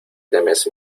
temes